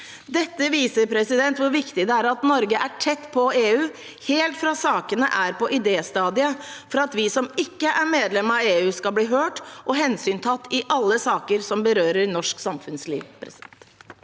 Dette viser hvor viktig det er at Norge er tett på EU, helt fra sakene er på idéstadiet, for at vi som ikke er medlem av EU, skal bli hørt og hensyntatt i alle saker som berører norsk samfunnsliv.